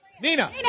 Nina